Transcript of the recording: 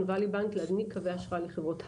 ואלי בנק להזניק קווי אשראי לחברות הייטק.